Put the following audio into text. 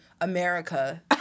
America